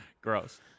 Gross